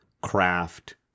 craft